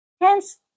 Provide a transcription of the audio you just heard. Hence